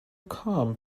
come